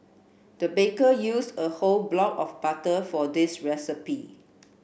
the baker used a whole block of butter for this recipe